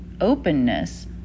openness